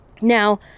Now